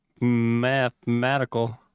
Mathematical